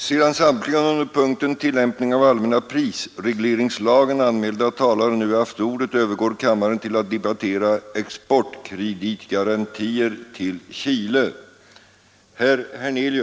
Sedan samtliga under punkten ”Tillämpning av allmänna prisregleringslagen” anmälda talare nu haft ordet övergår kammaren till att debattera ”Exportkreditgarantier till Chile”.